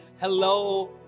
hello